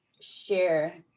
share